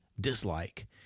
dislike